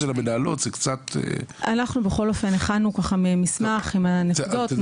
אנחנו בכל אופן הכנו מסמך עם הנקודות.